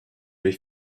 vais